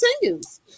continues